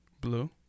Blue